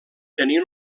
tenir